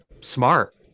smart